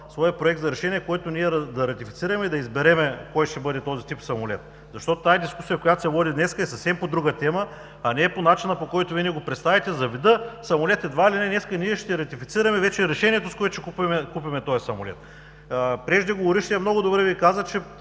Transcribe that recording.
своя Проект за решение, който ние да ратифицираме, да изберем кой ще бъде този тип самолет. Тази дискусия, която се води днес, е съвсем по друга тема, а не по начина, по който Вие ни го представихте – за вида самолети. Едва ли не днес ние ще ратифицираме вече решението, с което ще купим този самолет. Преждеговорившият много добре Ви каза, че